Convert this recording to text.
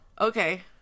Okay